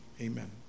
amen